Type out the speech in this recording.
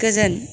गोजोन